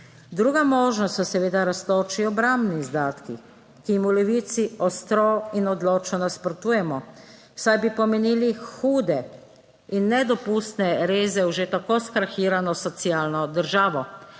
Druga možnost so seveda rastoči obrambni izdatki, ki jim v Levici ostro in odločno nasprotujemo, saj bi pomenili hude in nedopustne reze v že tako skrahirano socialno državo.